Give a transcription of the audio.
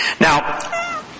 Now